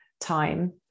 time